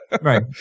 right